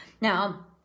Now